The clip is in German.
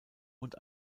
und